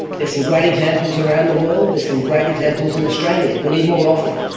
there's some great examples around the world, there's some great examples in australia. we need more of them,